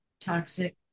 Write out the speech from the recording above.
toxic